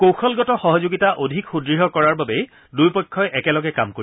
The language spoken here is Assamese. কৌশলগত সহযোগিতা অধিক সুদঢ় কৰাৰ বাবে দুয়োপক্ষই একেলগে কাম কৰিব